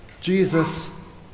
Jesus